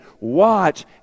Watch